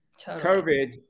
COVID